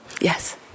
Yes